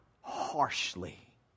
harshly